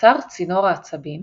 נוצר צינור העצבים,